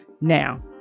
Now